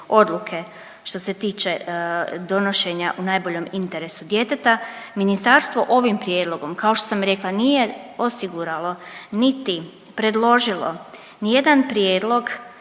oduke što se tiče donošenja u najboljem interesu djeteta, ministarstvo ovim prijedlogom kao i što sam rekla nije osiguralo niti predložilo nijedan prijedlog